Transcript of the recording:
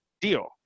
deal